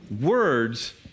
Words